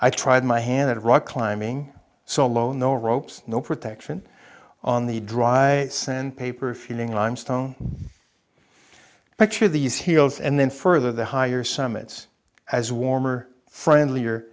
i tried my hand at rock climbing so low no ropes no protection on the dry sand paper feeling i'm stone picture of these heels and then further the higher summits as warmer friendlier